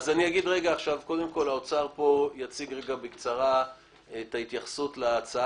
האוצר יציג בקצרה את ההתייחסות להצעה